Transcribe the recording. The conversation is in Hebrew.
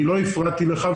אני לא הפרעתי לך,